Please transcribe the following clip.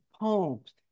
poems